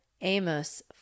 Amos